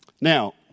Now